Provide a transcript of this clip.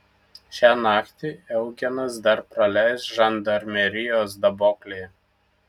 šią naktį eugenas dar praleis žandarmerijos daboklėje